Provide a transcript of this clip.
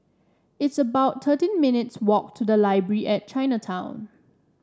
it's about thirteen minutes' walk to the Library at Chinatown